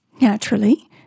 naturally